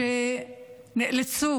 נאלצו